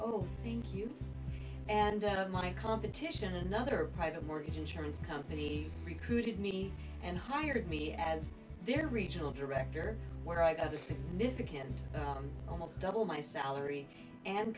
oh thank you and out of my competition another private mortgage insurance company recruited me and hired me as their regional director where i got a significant almost double my salary and